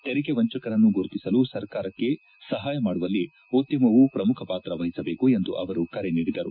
ತೆರಿಗೆ ವಂಚಕರನ್ನು ಗುರುತಿಸಲು ಸರ್ಕಾರಕ್ಕೆ ಸಪಾಯ ಮಾಡುವಲ್ಲಿ ಉದ್ದಮವು ಪ್ರಮುಖ ಪಾತ್ರ ವಹಿಸಬೇಕು ಎಂದು ಅವರು ಕರೆ ನೀಡಿದರು